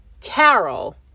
Carol